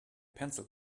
pencil